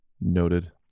noted